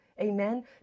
Amen